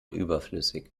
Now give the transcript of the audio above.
überflüssig